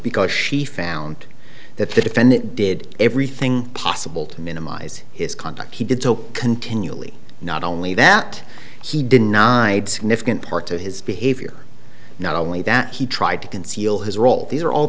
because she found that the defendant did everything possible to minimize his conduct he did so continually not only that he denied significant part of his behavior not only that he tried to conceal his role these are all